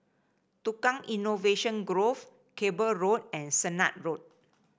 Tukang Innovation Grove Cable Road and Sennett Road